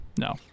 No